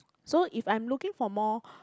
so if I'm looking for more